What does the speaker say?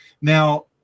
Now